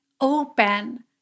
open